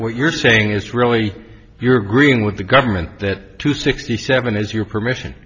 what you're saying is really if you're agreeing with the government that to sixty seven is your permission